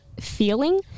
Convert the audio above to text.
feeling